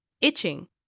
Itching